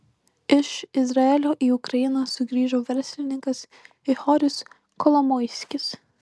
iš izraelio į ukrainą sugrįžo verslininkas ihoris kolomoiskis